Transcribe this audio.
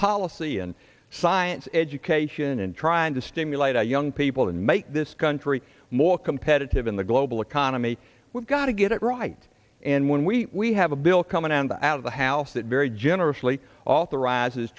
policy and science education and trying to stimulate our young people and make this country more competitive in the global economy we've got to get it right and when we we have a bill come in and out of the house that very generously authorizes